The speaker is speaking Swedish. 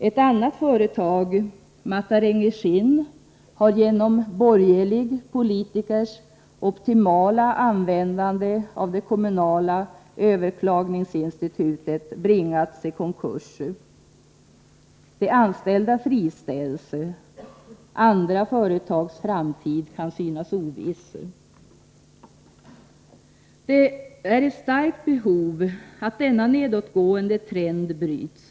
Ett annat företag, Matarengi Skinn, har genom en borgerlig politikers optimala användande av det kommunala överklagningsinstitutet bringats i konkurs, och de anställda har friställts. Andra företags framtid kan synas Oviss. Det finns ett starkt behov av att denna nedåtgående trend bryts.